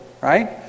right